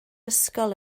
ysgol